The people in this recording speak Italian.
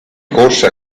corse